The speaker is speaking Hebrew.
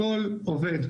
כל עובד,